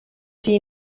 sie